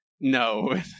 No